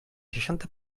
seixanta